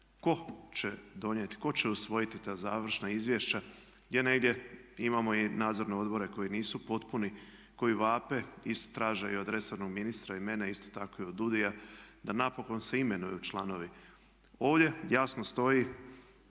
Ko će donijeti, ko će usvojiti ta završna izvješća gdje negdje imamo i nadzorne odbore koji nisu potpuni, koji vape isto traže i od resornog ministra i mene, isto tako i od DUUDI-a da napokon se imenuju članovi. Ovdje jasno stoji